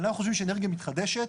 אנחנו חושבים שאנרגיה מתחדשת,